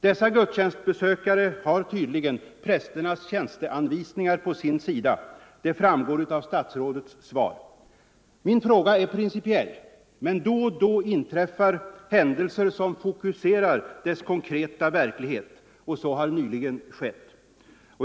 Dessa gudstjänstbesökare har tydligen prästernas tjänsteanvisningar på sin sida, det framgår av statsrådets svar. Min fråga är principiell, men då och då inträffar händelser som fokuserar dess konkreta verklighet. Så har nyligen skett.